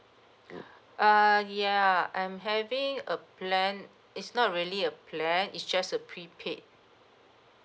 uh ya I'm having a plan it's not really a plan it's just a prepaid